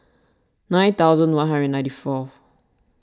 nine thousand one hundred ninety fourth